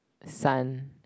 sand